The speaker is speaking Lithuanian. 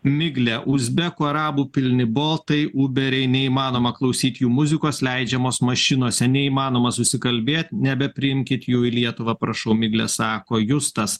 miglė uzbekų arabų pilni boltai uberiai neįmanoma klausyt jų muzikos leidžiamos mašinose neįmanoma susikalbėt nebepriimkit jų į lietuvą prašau miglė sako justas